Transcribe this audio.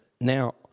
now